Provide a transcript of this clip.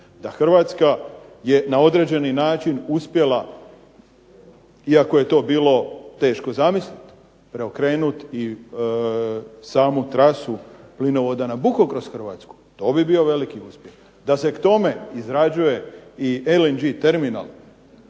da Hrvatska je na određeni način uspjela iako je to teško bilo zamisliti, preokrenuti samu trasu plinovoda Nabucco kroz Hrvatsku to bi bio veliki uspjeh. Da se k tome izrađuje i LNG terminal